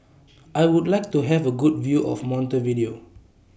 I Would like to Have A Good View of Montevideo